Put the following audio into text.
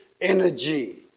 energy